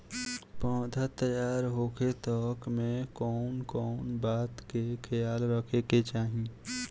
पौधा तैयार होखे तक मे कउन कउन बात के ख्याल रखे के चाही?